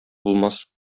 булмас